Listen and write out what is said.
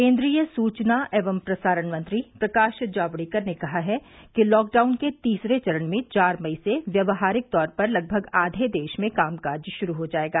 केंद्रीय सूचना एवं प्रसारण मंत्री प्रकाश जावड़ेकर ने कहा है कि लॉकडाउन के तीसरे चरण में चार मई से व्यावहारिक तौर पर लगभग आधे देश में काम काज शुरू हो जाएगा